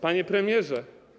Panie Premierze!